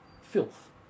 Filth